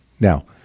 Now